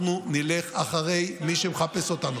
אנחנו נלך אחרי מי שמחפש אותנו.